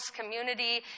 community